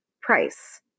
price